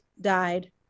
died